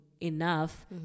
enough